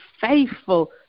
faithful